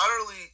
utterly